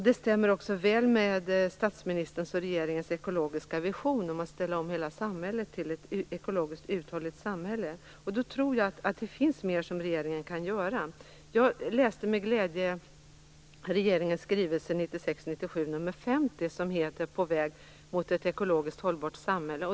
Det stämmer också väl med regeringens och statsministerns ekologiska vision om att hela samhället skall ställas om till ett ekologiskt uthålligt samhälle. Då finns det nog mera som regeringen kan göra. Jag läste med glädje regeringens skrivelse 1996/97 nr 50 som har rubriken På väg mot ett ekologiskt hållbart samhälle.